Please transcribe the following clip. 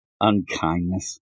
unkindness